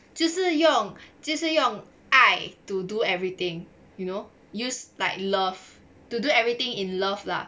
就是用就是用爱 to do everything you know use like love to do everything in love lah